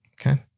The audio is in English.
Okay